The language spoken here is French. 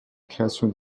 création